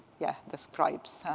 yeah, the scribes.